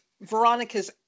Veronica's